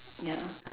ya